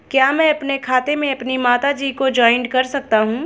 क्या मैं अपने खाते में अपनी माता जी को जॉइंट कर सकता हूँ?